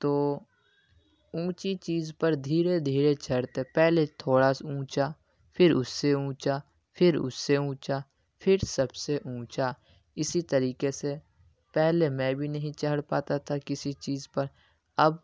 تو اونچی چیز پر دھیرے دھیرے چڑھتے پہلے تھوڑا سا اونچا پھر اس سے اونچا پھر اس سے اونچا پھر سب سے اونچا اسی طریقے سے پہلے میں بھی نہیں چڑھ پاتا تھا کسی چیز پر اب